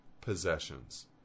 possessions